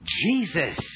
Jesus